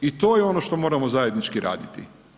I to je ono što moramo zajednički raditi.